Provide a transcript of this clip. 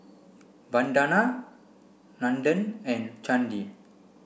Vandana Nandan and Chandi